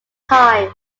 time